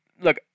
look